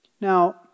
Now